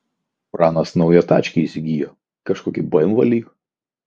pranas naują tačkę įsigijo kažkokį bemvą lyg